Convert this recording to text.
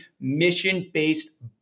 mission-based